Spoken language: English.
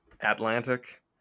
Atlantic